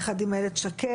יחד עם איילת שקד.